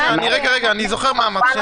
רגע, אני זוכר מה אמרת.